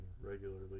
regularly